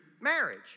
marriage